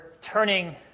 turning